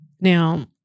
Now